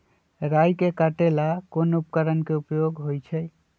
राई के काटे ला कोंन उपकरण के उपयोग होइ छई?